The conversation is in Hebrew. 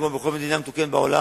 כמו בכל מדינה מתוקנת בעולם,